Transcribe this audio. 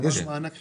יש מענק חימום.